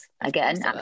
again